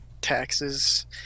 taxes